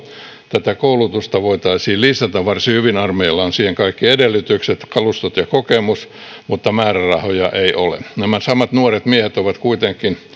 tätä koulutusta voitaisiin lisätä varsin hyvin armeijalla on siihen kaikki edellytykset kalustot ja kokemus mutta määrärahoja ei ole nämä samat nuoret miehet ovat kuitenkin